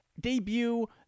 debut